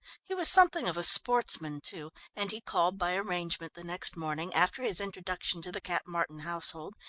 he was something of a sportsman, too, and he called by arrangement the next morning, after his introduction to the cap martin household,